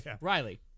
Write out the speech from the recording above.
Riley